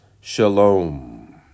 Shalom